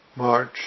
March